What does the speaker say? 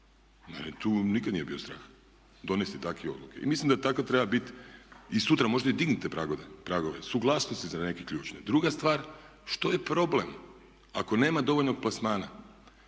tu nikada nije bilo strah, donijeti takve odluke. I mislim da tako treba biti, i sutra možda i dignite pragove, suglasnosti za neke ključne. Druga stvar, što je problem, ako nema dovoljnog plasmana